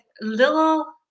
little